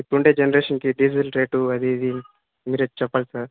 ఇప్పుడుండే జనరేషన్కి diesel rate అది ఇది మీరే చెప్పాలి సార్